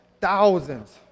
Thousands